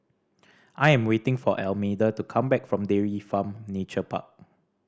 I am waiting for Almeda to come back from Dairy Farm Nature Park